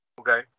Okay